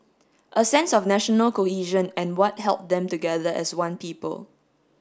a sense of national cohesion and what held them together as one people